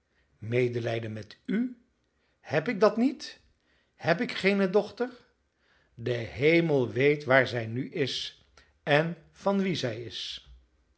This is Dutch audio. medelijden met u heb ik dat niet heb ik geene dochter de hemel weet waar zij nu is en van wien zij is